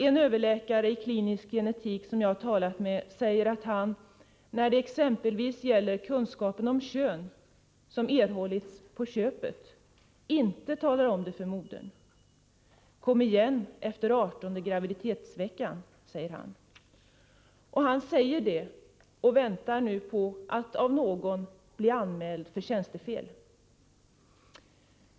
En överläkare i klinisk genetik som jag har talat med säger att han, när det exempelvis gäller kunskapen om kön som erhållits ”på köpet”, inte talar om det för modern. Kom igen efter artonde graviditetsveckan, säger han. Han väntar nu på att av någon bli anmäld för tjänstefel.